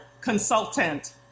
Consultant